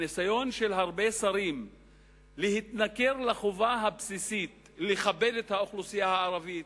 הניסיון של הרבה שרים להתנכר לחובה הבסיסית לכבד את האוכלוסייה הערבית,